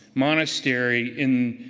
monastery in